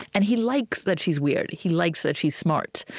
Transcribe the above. and he likes that she's weird. he likes that she's smart.